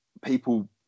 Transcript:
people